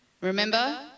Remember